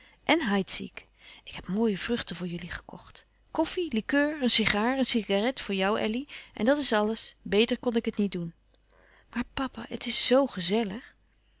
en heidsieck ik heb mooie vruchten voor jullie gekocht koffie likeur een sigaar een cigarette voor jou elly en dat is alles beter kon ik het niet doen maar papa het is zoo gezellig